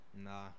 Nah